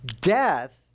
Death